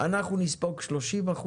אנחנו נספוג 30%,